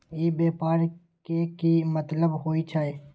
ई व्यापार के की मतलब होई छई?